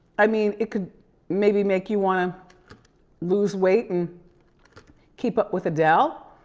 i mean, it could maybe make you wanna lose weight and keep up with adele.